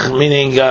meaning